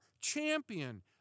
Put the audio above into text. champion